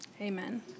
Amen